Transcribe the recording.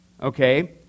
okay